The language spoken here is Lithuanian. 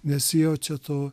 nesijaučia to